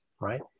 right